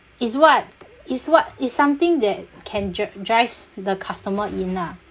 it's what it's what it's something that can dri~ drive the customer in ah